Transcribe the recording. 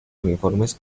uniformes